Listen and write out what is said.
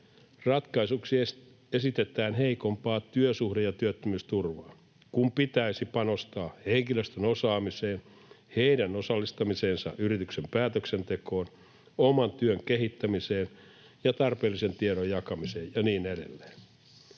Ratkaisuksi esitetään heikompaa työsuhde- ja työttömyysturvaa, kun pitäisi panostaa henkilöstön osaamiseen, heidän osallistamiseensa yrityksen päätöksentekoon, oman työn kehittämiseen, tarpeellisen tiedon jakamiseen ja niin edelleen.